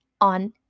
on